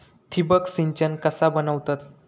ठिबक सिंचन कसा बनवतत?